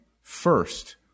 first